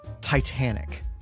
Titanic